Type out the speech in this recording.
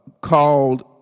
called